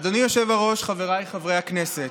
אדוני היושב-ראש, חבריי חברי הכנסת,